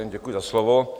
Děkuji za slovo.